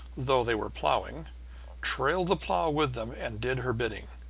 though they were ploughing trailed the plough with them and did her bidding.